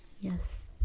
Yes